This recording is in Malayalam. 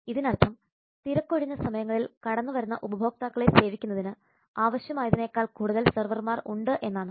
ഇതിനർത്ഥം തിരക്കൊഴിഞ്ഞ സമയങ്ങളിൽ കടന്നു വരുന്ന ഉപഭോക്താക്കളെ സേവിക്കുന്നതിന് ആവശ്യമായതിനേക്കാൾ കൂടുതൽ സെർവർമാർ ഉണ്ട് എന്നാണ്